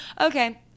okay